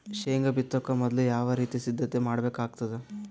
ಶೇಂಗಾ ಬಿತ್ತೊಕ ಮೊದಲು ಯಾವ ರೀತಿ ಸಿದ್ಧತೆ ಮಾಡ್ಬೇಕಾಗತದ?